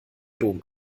dom